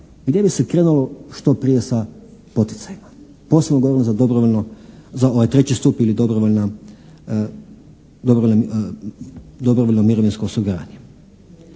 gdje bi se krenulo što prije sa poticajima, posebno govorim za dobrovoljno, za ovaj treći stup ili dobrovoljno mirovinsko osiguranje